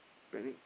panic